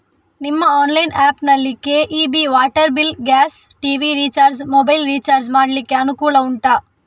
ನಿಮ್ಮ online app ನಲ್ಲಿ KEB, water bill, gas, TV recharge, mobile recharge ಮಾಡ್ಲಿಕ್ಕೆ ಅನುಕೂಲ ಉಂಟಾ